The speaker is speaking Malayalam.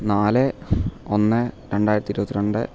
നാല് ഒന്ന് രണ്ടായിരത്തി ഇരുപത്തി രണ്ട്